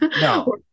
No